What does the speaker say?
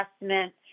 investment